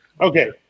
Okay